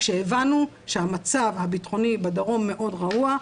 כשהבנו שהמצב הביטחוני בדרום מאוד רעוע,